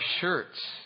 shirts